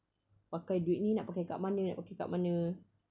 pakai duit ni nak pakai kat mana nak pakai kat mana